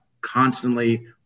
constantly